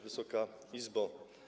Wysoka Izbo!